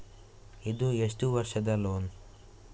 ಇದು ಎಷ್ಟು ವರ್ಷದ ಲೋನ್?